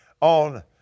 on